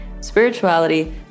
spirituality